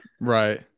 Right